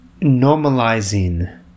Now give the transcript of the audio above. normalizing